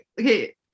okay